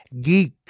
geek